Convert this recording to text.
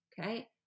Okay